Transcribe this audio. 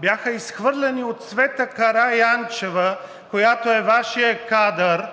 бяха изхвърлени от Цвета Караянчева – Вашия кадър,